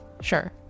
sure